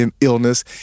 illness